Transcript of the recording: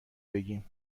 بگیم